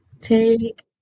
Take